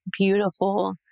beautiful